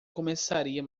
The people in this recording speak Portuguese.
começaria